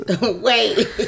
Wait